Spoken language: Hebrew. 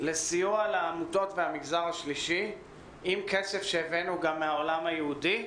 לסיוע לעמותות מהמגזר השלישי עם כסף שהבאנו גם מהעולם היהודי,